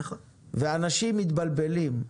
אנשים מתבלבלים,